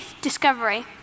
discovery